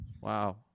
wow